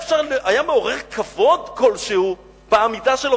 היה מעורר כבוד כלשהו בעמידה שלו,